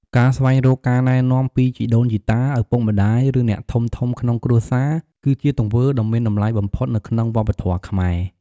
ការស្វែងរកការណែនាំពីជីដូនជីតា ឪពុកម្ដាយ ឬអ្នកធំៗក្នុងគ្រួសារ គឺជាទង្វើដ៏មានតម្លៃបំផុតនៅក្នុងវប្បធម៌ខ្មែរ។